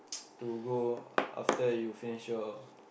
to go after you finish your